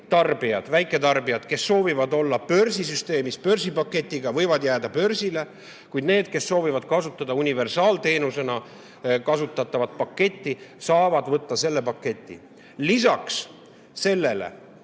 tarbijad, väiketarbijad, kes soovivad olla börsisüsteemis börsipaketiga, võivad jääda börsile, kuid need, kes soovivad kasutada universaalteenusena kasutatavat paketti, saavad võtta selle paketi. Lisaks sellele,